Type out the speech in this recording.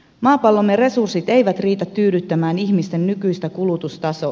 maapallomme resurssit eivät riitä tyydyttämään ihmisten nykyistä kulutustasoa